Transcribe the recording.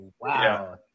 wow